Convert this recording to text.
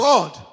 God